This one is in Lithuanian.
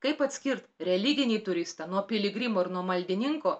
kaip atskirt religinį turistą nuo piligrimo ir nuo maldininko